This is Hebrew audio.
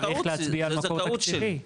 צריך להצביע על מקור תקציבי.